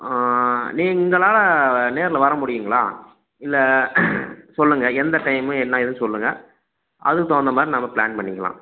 நீங்களா நேரில் வர முடியுங்களா இல்லை சொல்லுங்க எந்த டைம்மு என்ன ஏதுன்னு சொல்லுங்க அதுக்கு தகுந்த மாதிரி நம்ம பிளான் பண்ணிக்கலாம்